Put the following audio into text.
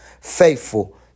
faithful